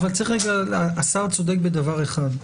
השר צודק בדבר אחד,